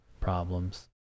problems